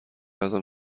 ازم